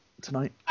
tonight